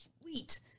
sweet